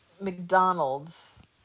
McDonald's